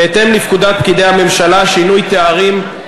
בהתאם לפקודת פקידי הממשלה (שינוי תארים),